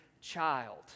child